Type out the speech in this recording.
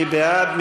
מי בעד?